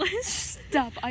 Stop